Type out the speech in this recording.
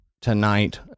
tonight